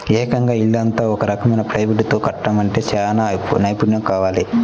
ఏకంగా ఇల్లంతా ఒక రకం ప్లైవుడ్ తో కట్టడమంటే చానా నైపున్నెం కావాలి